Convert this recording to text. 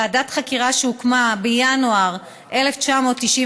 ועדת חקירה שהוקמה בינואר 1995,